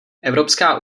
evropská